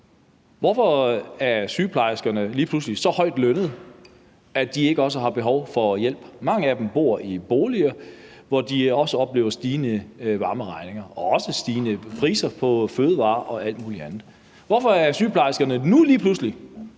Hvorfor er sygeplejerskerne lige pludselig så højtlønnede, at de ikke også har behov for hjælp? Mange af dem bor i boliger, hvor de også oplever stigende varmeregninger og også stigende priser på fødevarer og alt muligt andet. Hvorfor er sygeplejerskerne nu lige pludselig